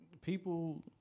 People